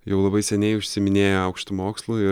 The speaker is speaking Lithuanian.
jau labai seniai užsiiminėja aukštu mokslu ir